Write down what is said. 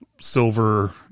silver